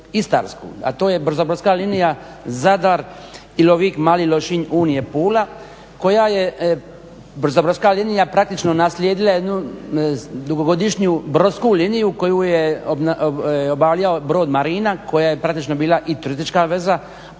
istarsku, a to je brzobrodska linija Zadar-Ilovik-Mali Lošinj-Unije-Pula koja je brzobrodska linija praktično naslijedila jednu dugogodišnju brodsku liniju koju je obavljalo brod Marina koja je praktično i turistička veza,